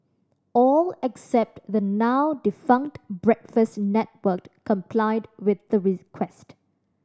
all except the now defunct Breakfast Network complied with the request